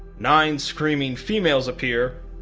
nine screaming females appear,